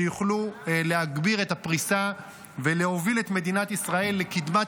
שיוכלו להגביר את הפריסה ולהוביל את מדינת ישראל לקדמת